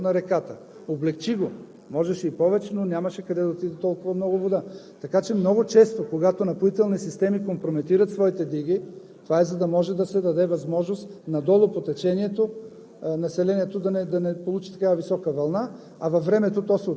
да залее едно цяло поле на Напоителни системи, но да облекчи нивото на реката. Облекчи го, можеше и повече, но нямаше къде да отиде толкова много вода. Така че много често, когато Напоителни системи компрометират своите диги, това е, за да може да се даде възможност надолу по течението